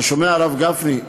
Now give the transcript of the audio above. אתה שומע, הרב גפני?